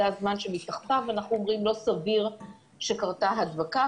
זה הזמן שמתחתיו לא סביר שקרתה הדבקה.